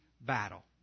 battle